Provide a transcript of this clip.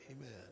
Amen